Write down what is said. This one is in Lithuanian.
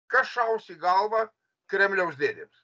kas šaus į galvą kremliaus dėdėms